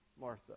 Martha